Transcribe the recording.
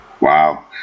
Wow